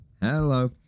Hello